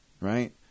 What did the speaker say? right